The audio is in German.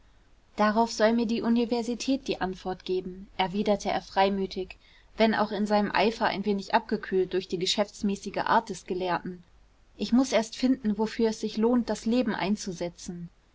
darauf soll mir die universität die antwort geben erwiderte er freimütig wenn auch in seinem eifer ein wenig abgekühlt durch die geschäftsmäßige art des gelehrten ich muß erst finden wofür es sich lohnt das leben einzusetzen